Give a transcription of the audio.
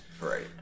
Right